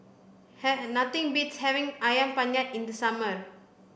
have nothing beats having ayam penyet in the summer